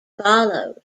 follows